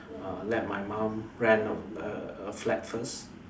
err let my mom rent a err flat first